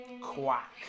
quack